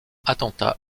attentat